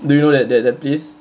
do you know that that that place